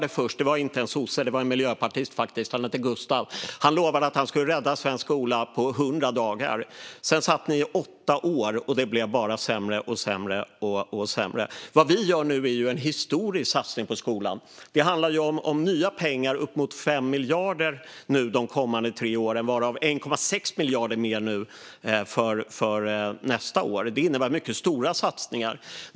Det var visserligen inte en sosse utan en miljöpartist som hette Gustav som lovade att han skulle rädda svensk skola på 100 dagar, men sedan satt ni i åtta år, och det blev bara sämre och sämre. Vi gör nu en historisk satsning på skolan. Det handlar om nya pengar - upp mot 5 miljarder de kommande tre åren, varav 1,6 miljarder under nästa år. Det innebär mycket stora satsningar.